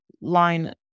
line